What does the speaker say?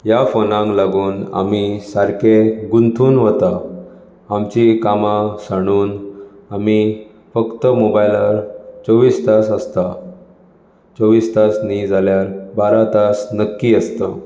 ह्या फोनाक लागून आमी सारके गुंथून वतात आमची कामां साणून आमी फक्त मोबोयलार चोवीस तास आसता चोवीस तास न्ही जाल्यार बारा तास नक्कीच आसता